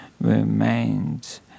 remains